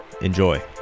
Enjoy